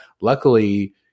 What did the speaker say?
Luckily